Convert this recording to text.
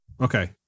Okay